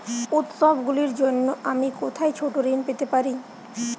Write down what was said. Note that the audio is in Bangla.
উত্সবগুলির জন্য আমি কোথায় ছোট ঋণ পেতে পারি?